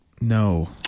No